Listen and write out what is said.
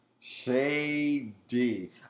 Shady